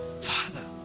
Father